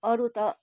अरू त